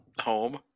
Home